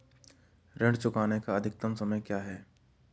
ऋण चुकाने का अधिकतम समय क्या है?